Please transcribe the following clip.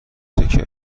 سکه